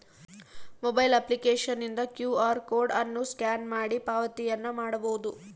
mobile ಅಪ್ಲಿಕೇಶನ್ನಿಂದ Q R code ಅನ್ನು scan ಮಾಡಿ ಪಾವತಿಯನ್ನ ಮಾಡಬೊದು